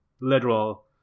literal